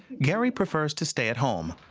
gary prefers to stay at home.